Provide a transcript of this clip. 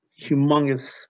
humongous